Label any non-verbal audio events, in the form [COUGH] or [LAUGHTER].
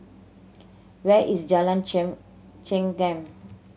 where is Jalan [UNINTELLIGIBLE] Chengam